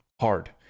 Hard